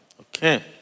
Okay